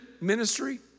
ministry